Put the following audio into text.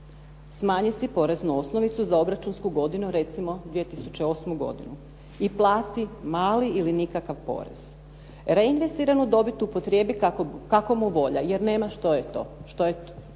Smanji si poreznu osnovicu za obračunsku godinu recimo 2008. godinu i plati mali ili nikakav porez. Reinvestiranu dobit upotrijebi kako mu volja jer nema što je to,